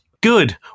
good